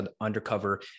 undercover